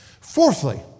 Fourthly